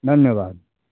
धन्यवाद